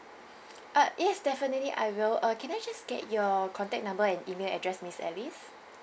uh yes definitely I will uh can I just get your contact number and email address miss alice